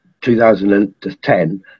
2010